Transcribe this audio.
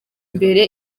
mbere